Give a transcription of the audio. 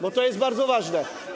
Bo to jest bardzo ważne.